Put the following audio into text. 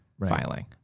filing